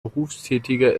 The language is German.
berufstätige